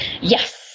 Yes